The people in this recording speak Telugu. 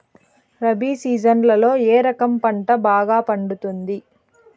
రబి సీజన్లలో ఏ రకం పంట బాగా పండుతుంది